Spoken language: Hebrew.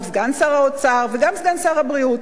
גם סגן שר האוצר וגם סגן שר הבריאות.